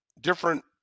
different